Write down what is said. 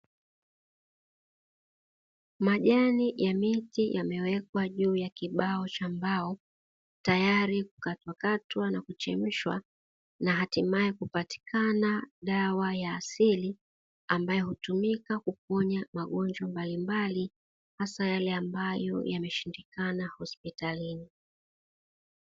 Majani ya miti yamewekwa juu ya kibao cha mbao, tayari kukatwakatwa na kuchemshwa, na hatimaye kupatikana dawa ya asili ambayo hutumika kuponya magonjwa mbalimbali, hasa yale ambayo yameshindikana hospitalini.